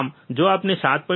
આમ જો આપણે 7